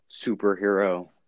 superhero